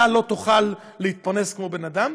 אתה לא תוכל להתפרנס כמו בן אדם,